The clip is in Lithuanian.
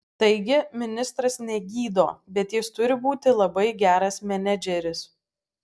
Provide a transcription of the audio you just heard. taigi ministras negydo bet jis turi būti labai geras menedžeris